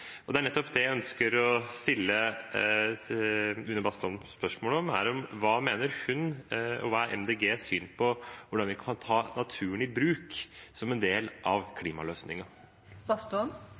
Det er nettopp det jeg ønsker å stille Une Bastholm et spørsmål om: Hva mener hun, og hva er Miljøpartiet De Grønnes syn på hvordan vi kan ta naturen i bruk som en del av